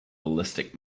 ballistic